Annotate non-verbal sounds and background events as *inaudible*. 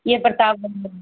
यह प्रताप *unintelligible*